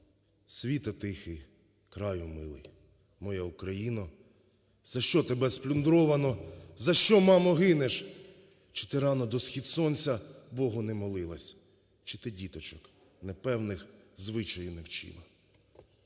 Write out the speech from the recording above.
"Світе тихий, краю милий, Моя Україно, За що тебе сплюндровано, За що, мамо, гинеш? Чи ти рано до схід сонця Богу не молилась, Чи ти діточок непевних Звичаю не вчила?"